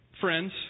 friends